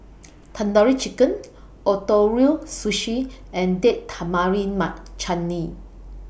Tandoori Chicken Ootoro Sushi and Date Tamarind Chutney